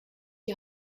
die